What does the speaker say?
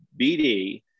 BD